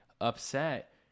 upset